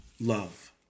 love